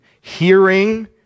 Hearing